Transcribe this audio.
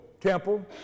temple